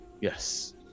Yes